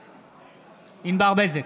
בעד ענבר בזק,